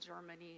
germany